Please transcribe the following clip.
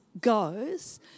goes